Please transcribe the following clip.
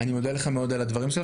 אני מודה לך מאוד על הדברים.